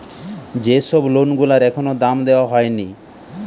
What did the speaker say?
যে সব লোন গুলার এখনো দাম দেওয়া হয়নি